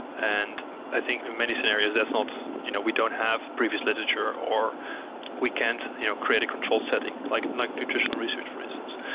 and i think in many scenarios, that's not you know we don't have previous literature, or we can't you know create a control setting, like like nutritional research for instance.